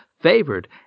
favored